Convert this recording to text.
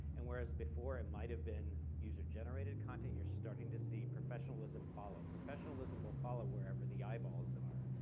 and whereas before, it might have been user generated content. you're starting to see professionalism follow. professionalism will follow wherever the eyeballs are.